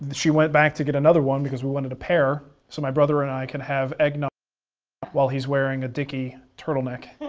she went back to get another one because we wanted a pair, so my brother and i could have eggnog while he's wearing a dickey turtleneck,